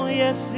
yes